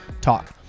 talk